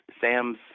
Sam's